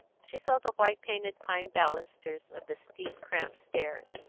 she saw the white-painted pine balusters of the steep, cramped stairs.